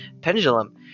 pendulum